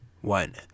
one